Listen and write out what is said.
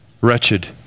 Wretched